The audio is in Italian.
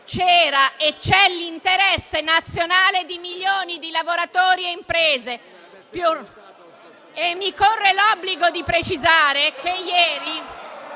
c'era e c'è l'interesse nazionale di milioni di lavoratori e imprese. Mi corre l'obbligo di precisare che ieri...